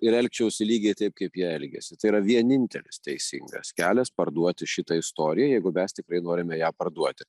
ir elgčiausi lygiai taip kaip jie elgėsi tai yra vienintelis teisingas kelias parduoti šitą istoriją jeigu mes tikrai norime ją parduoti